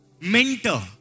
mentor